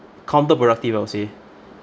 counterproductive I would say